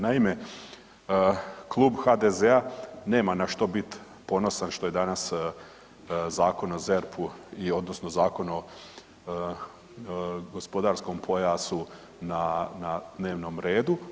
Naime, Klub HDZ-a nema na što bit ponosan što je danas Zakon o ZERP-u i odnosno zakon o gospodarskom pojasu na dnevnom redu.